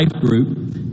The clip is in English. group